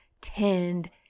tend